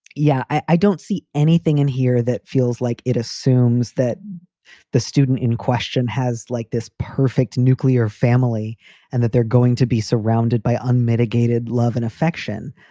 yeah, i don't see anything in here that feels like it assumes that the student in question has like this perfect nuclear family and that they're going to be surrounded by unmitigated love and affection.